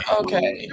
okay